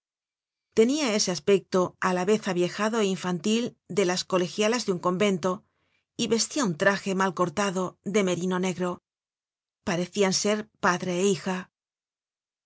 tenia ese aspecto á la vez aviejado é infantil de las colegialas de un convento y vestia un traje mal cortado de merino negro parecian ser padre é hija